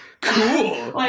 cool